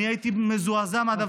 אני הייתי מזועזע מהדבר הזה.